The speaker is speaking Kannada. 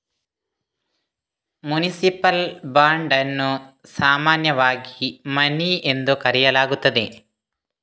ಮುನಿಸಿಪಲ್ ಬಾಂಡ್ ಅನ್ನು ಸಾಮಾನ್ಯವಾಗಿ ಮನಿ ಎಂದು ಕರೆಯಲಾಗುತ್ತದೆ